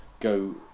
go